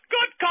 Good